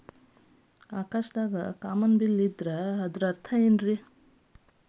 ಆಕಾಶದಲ್ಲಿ ಕಾಮನಬಿಲ್ಲಿನ ಇದ್ದರೆ ಅದರ ಅರ್ಥ ಏನ್ ರಿ?